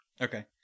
Okay